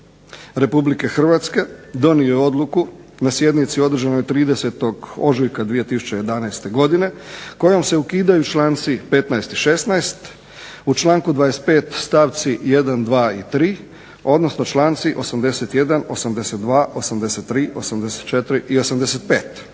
Ustavni sud RH donio je odluku na sjednici održanoj 30. ožujka 2011. godine kojom se ukidaju članci 15. i 16., u članku 25. stavci 1., 2. i 3., odnosno članci 81., 82., 83., 84. i 85.